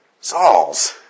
Saul's